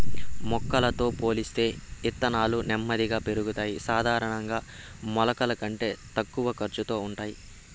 మొలకలతో పోలిస్తే ఇత్తనాలు నెమ్మదిగా పెరుగుతాయి, సాధారణంగా మొలకల కంటే తక్కువ ఖర్చుతో ఉంటాయి